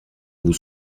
vous